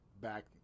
back